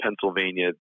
Pennsylvania